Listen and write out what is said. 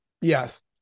Yes